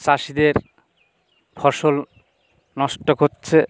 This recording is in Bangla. চাষিদের ফসল নষ্ট করছে